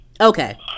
okay